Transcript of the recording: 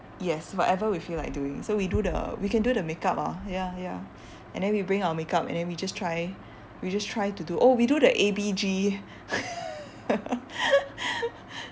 yes whatever we feel like doing so we do the we can do the makeup ah ya ya and then we bring our makeup and then we just try we just try to do oh we do the A_B_G